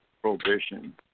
prohibition